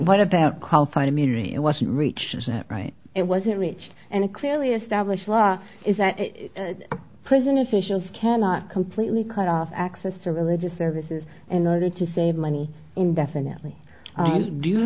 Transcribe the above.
what about qualified immunity it was it reaches that right it wasn't which and it clearly established law is that prison officials cannot completely cut off access to religious services and noted to save money indefinitely i do